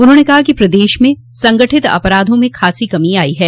उन्होंने कहा कि प्रदेश में संगठित अपराधों में खासी कमी आई है